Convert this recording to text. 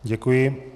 Děkuji.